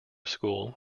school